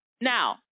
now